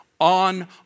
on